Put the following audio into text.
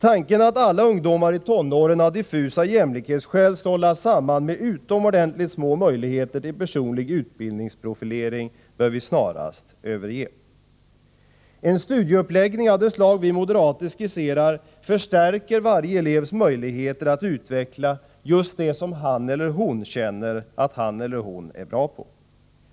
Tanken att alla ungdomar i tonåren av diffusa jämlikhetsskäl skall hållas samman med utomordentligt små möjligheter till personlig utbildningsprofilering bör vi snarast överge. En studieuppläggning av det slag som vi moderater skisserar förstärker varje elevs möjligheter att utveckla just det som han eller hon känner att han eller hon är bra på.